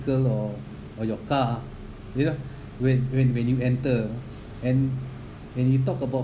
or or your car you know when when when you enter and when you talk about